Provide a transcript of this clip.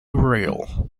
rail